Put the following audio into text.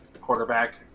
quarterback